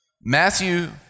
Matthew